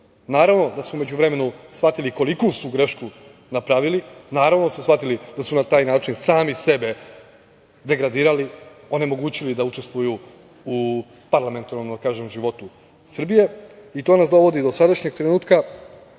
Naravno da su u međuvremenu shvatili koliku su grešku napravili, naravno da su shvatili da su na taj način sami sebe degradirali, onemogućili da učestvuju u parlamentarnom životu Srbije i to nas dovodi do sadašnjeg trenutka,